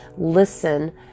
listen